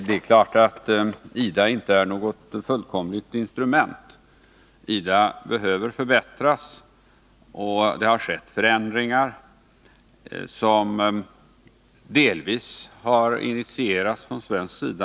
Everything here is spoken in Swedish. Det är klart att IDA inte är något fullkomligt instrument. IDA behöver förbättras, och det har också skett förändringar, som delvis har initierats från svensk sida.